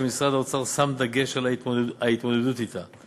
ומשרד האוצר שם דגש על ההתמודדות אתה.